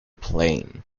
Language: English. plane